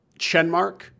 Chenmark